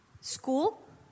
School